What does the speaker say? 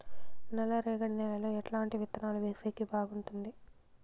నల్లరేగడి నేలలో ఎట్లాంటి విత్తనాలు వేసేకి బాగుంటుంది?